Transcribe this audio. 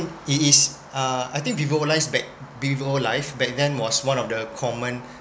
it is uh I think vivo life's back vivo life back then was one of the common